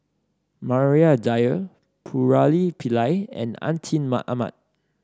Maria Dyer Murali Pillai and Atin Amat